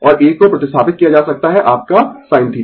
और एक को प्रतिस्थापित किया जा सकता है आपका sin θ